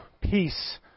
peace